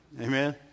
Amen